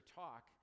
talk